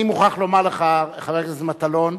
אני מוכרח לומר לך, חבר הכנסת מטלון,